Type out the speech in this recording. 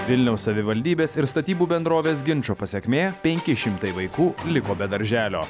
vilniaus savivaldybės ir statybų bendrovės ginčo pasekmė penki šimtai vaikų liko be darželio